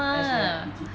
that's where E_T~